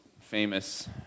famous